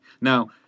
Now